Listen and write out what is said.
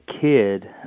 kid